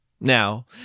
Now